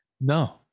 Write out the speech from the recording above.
No